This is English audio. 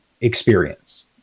experience